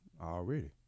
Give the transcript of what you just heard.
Already